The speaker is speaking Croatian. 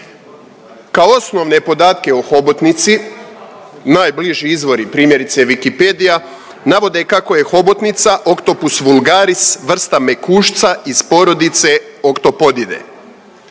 Kao osnovne podatke o hobotnici najbliži izvori primjerice Wikipedija navode kako je hobotnica, octopus vulgaris vrsta mekušca iz porodice Octopodidae.